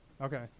Okay